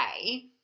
okay